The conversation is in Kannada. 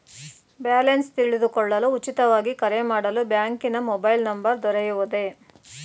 ಬ್ಯಾಲೆನ್ಸ್ ತಿಳಿದುಕೊಳ್ಳಲು ಉಚಿತವಾಗಿ ಕರೆ ಮಾಡಲು ಬ್ಯಾಂಕಿನ ಮೊಬೈಲ್ ನಂಬರ್ ದೊರೆಯುವುದೇ?